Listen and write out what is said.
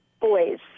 boys